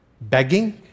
begging